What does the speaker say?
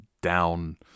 down